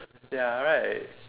ya right